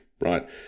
right